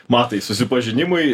matai susipažinimui